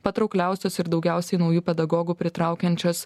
patraukliausios ir daugiausiai naujų pedagogų pritraukiančios